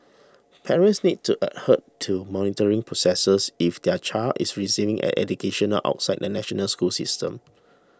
parents need to adhere to monitoring processes if their child is receiving an education outside the national school system